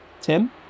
Tim